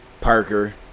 Parker